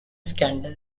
scandal